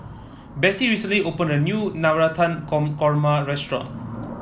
Besse recently opened a new Navratan Con Korma Restaurant